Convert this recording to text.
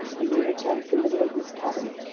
and we returned to the middle of this cabin,